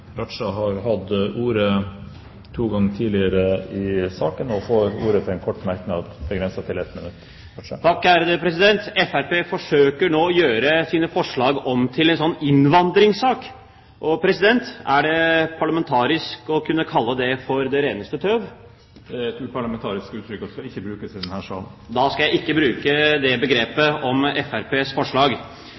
Raja har hatt ordet to ganger tidligere i debatten, og får ordet til en kort merknad, begrenset til 1 minutt. Fremskrittspartiet forsøker nå å gjøre sine forslag om til en slags innvandringssak. Er det parlamentarisk å kunne kalle det for det reneste tøv, president? Det er et uparlamentarisk uttrykk, og skal ikke brukes i denne salen. Da skal jeg ikke bruke det begrepet om Fremskrittspartiets forslag.